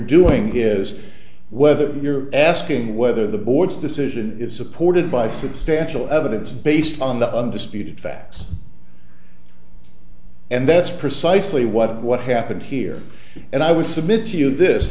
doing is whether you're asking whether the board's decision is supported by substantial evidence based on the undisputed facts and that's precisely what what happened here and i would submit to you this